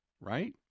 right